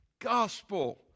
gospel